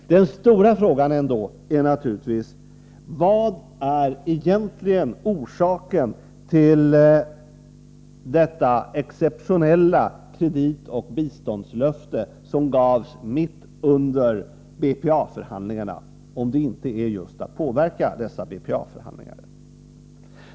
Den stora frågan gäller ändå naturligtvis vad som var den egentliga orsaken till detta exceptionella kreditoch biståndslöfte, som gavs mitt under BPA-förhandlingarna, om det inte var att just påverka dessa BPA-förhandlingar.